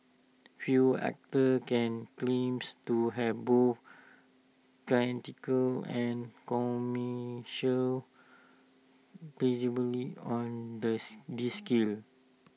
few actors can claims to have both critical and commercial credibility on thus this scale